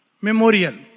Memorial